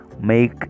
make